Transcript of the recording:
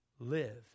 live